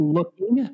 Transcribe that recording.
Looking